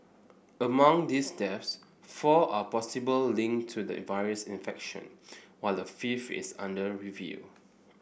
among these deaths four are possible linked to the virus infection while a fifth is under review